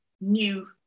new